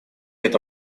это